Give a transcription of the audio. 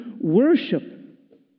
worship